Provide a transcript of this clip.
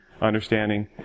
understanding